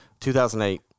2008